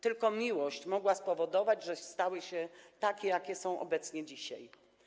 Tylko miłość mogła spowodować, że stały się takie, jakie są obecnie, dzisiaj.